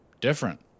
different